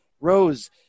Rose –